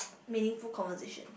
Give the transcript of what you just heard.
meaningful conversation